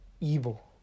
evil